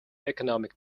economic